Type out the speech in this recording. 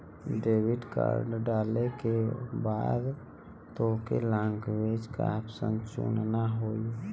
debit card डाले के बाद तोके लैंग्वेज क ऑप्शन चुनना होई